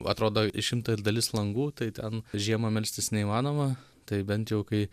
atrodo išimta ir dalis langų tai ten žiemą melstis neįmanoma tai bent jau kai